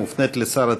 היא מופנית לשר התקשורת,